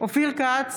אופיר כץ,